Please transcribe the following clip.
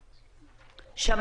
מהם?